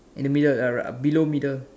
in the middle uh below middle